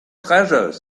treasure